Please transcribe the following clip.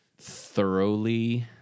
thoroughly